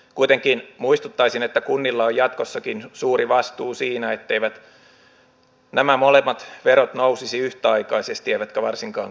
kuitenkin muistuttaisin että kunnilla on jatkossakin suuri vastuu siinä etteivät nämä molemmat verot nousisi yhtäaikaisesti eivätkä varsinkaan kohtuuttomasti